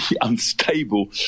unstable